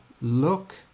look